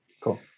cool